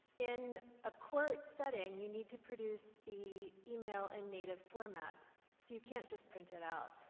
in a court setting, you need to produce the email in native format, so you can't just print it out.